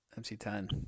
MC10